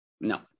No